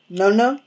no-no